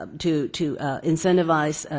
um to to incentivize